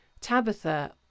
Tabitha